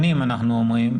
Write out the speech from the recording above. שנים אנחנו אומרים,